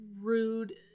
rude